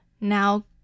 now